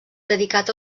dedicat